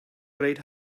great